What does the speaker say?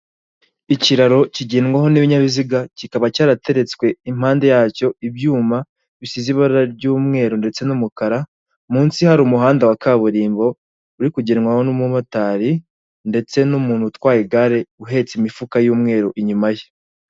Ikiraro kigendwaho n'ibinyabiziga kikaba cyarateretswe impande yacyo ibyuma bisize ibara ry'umweru ndetse n'umukara, munsi hari umuhanda wa kaburimbo uri kugendwaho n'umumotari ndetse n'umuntu utwaye igare uhetse imifuka y'umweru inyuma ye.